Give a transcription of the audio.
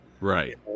Right